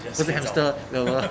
不是 hamster lover